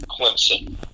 Clemson